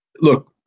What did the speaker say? look